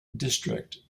district